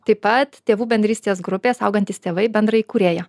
taip pat tėvų bendrystės grupės augantys tėvai bendraįkūrėja